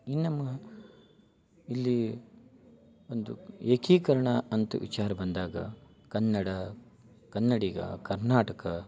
ಇನ್ನು ನಮ್ಮ ಇಲ್ಲಿ ಒಂದು ಏಕೀಕರಣ ಅಂತ ವಿಚಾರ ಬಂದಾಗ ಕನ್ನಡ ಕನ್ನಡಿಗ ಕರ್ನಾಟಕ